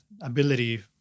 ability